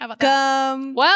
welcome